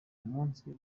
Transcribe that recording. musi